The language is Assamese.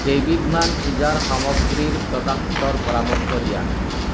কেইবিধমান পূজাৰ সামগ্ৰীৰ প্ৰডাক্টৰ পৰামৰ্শ দিয়া